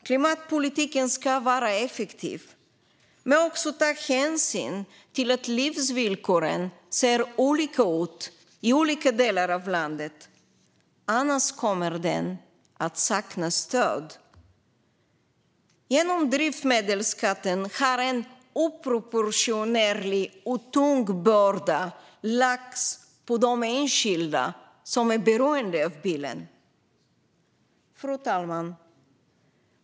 Klimatpolitiken ska vara effektiv, men den ska också ta hänsyn till att livsvillkoren ser olika ut i olika delar av landet. Annars kommer den att sakna stöd. På grund av drivmedelsskatten har en oproportionerlig och tung börda lagts på de enskilda som är beroende av bilen. Fru talman!